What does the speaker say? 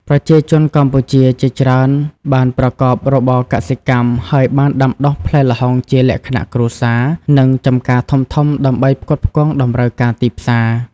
ប្រជាជនកម្ពុជាជាច្រើនបានប្រកបរបរកសិកម្ម ហើយបានដាំដុះផ្លែល្ហុងជាលក្ខណៈគ្រួសារ និងចម្ការធំៗដើម្បីផ្គត់ផ្គង់តម្រូវការទីផ្សារ។